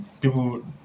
people